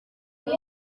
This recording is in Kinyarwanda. biga